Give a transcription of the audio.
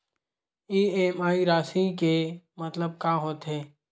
EMI राशि के मतलब का होथे?